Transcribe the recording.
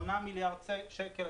8 מיליארד שקל.